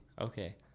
Okay